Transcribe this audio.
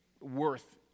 worth